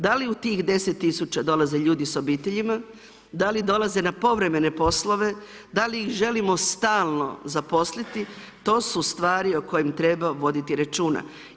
Da li u tih 10 tisuća dolaze ljudi sa obiteljima, da li dolaze na povremene poslove, da li ih želimo stalno zaposliti, to su stvari o kojima treba voditi računa.